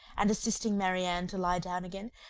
and assisting marianne to lie down again,